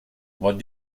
what